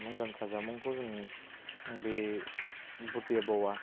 मुंदांखा जामुंखौ जोङो बे बुथिया बावा